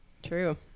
True